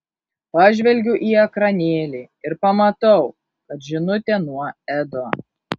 pažvelgiu į ekranėlį ir pamatau kad žinutė nuo edo